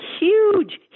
huge